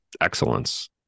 excellence